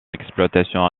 exploitation